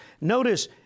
Notice